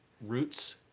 Roots